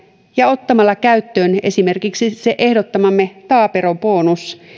ja ottamalla käyttöön esimerkiksi ehdottamamme taaperobonus